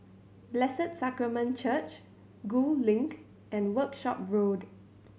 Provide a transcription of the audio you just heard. Blessed Sacrament Church Gul Link and Workshop Road